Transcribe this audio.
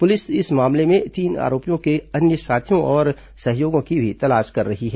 police इस मामले में इन आरोपियों के अन्य साथियों और सहयोगियों की भी तलाश कर रही है